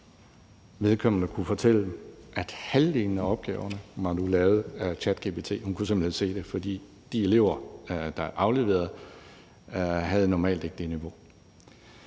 og vedkommende kunne fortælle, at halvdelen af opgaverne nu var lavet af ChatGPT. Hun kunne simpelt hen se det, for de elever, der afleverede, havde normalt ikke det niveau.